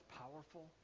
powerful